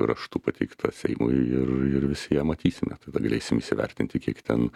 raštu pateikta seimui ir ir visi ją matysime tada galėsim įsivertinti kiek ten